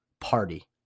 party